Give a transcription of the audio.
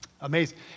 amazing